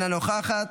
אינה נוכחת,